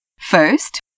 First